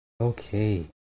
Okay